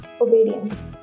obedience